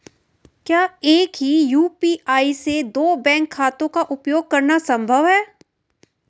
क्या एक ही यू.पी.आई से दो बैंक खातों का उपयोग करना संभव है?